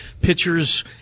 pitchers